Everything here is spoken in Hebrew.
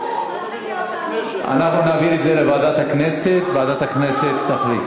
אנחנו הצענו לוועדת החינוך.